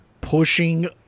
pushing